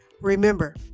Remember